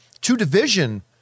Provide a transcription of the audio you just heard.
two-division